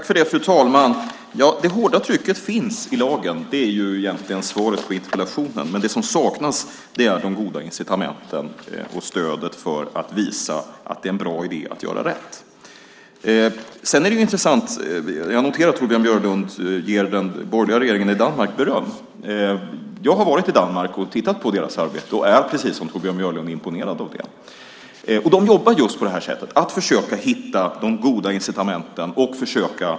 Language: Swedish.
Fru talman! Det hårda trycket finns genom lagen. Det är egentligen svaret på interpellationen. Det som saknas är de goda incitamenten och stödet för att visa att det är en bra idé att göra rätt. Jag noterar att Torbjörn Björlund ger den borgerliga regeringen i Danmark beröm. Jag har varit i Danmark och tittat på deras arbete och är precis som Torbjörn Björlund imponerad av det. De jobbar just på det här sättet: De försöker hitta de goda incitamenten.